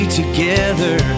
together